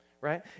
right